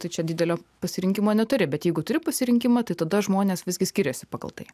tai čia didelio pasirinkimo neturi bet jeigu turi pasirinkimą tai tada žmonės visgi skiriasi pagal tai